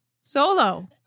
solo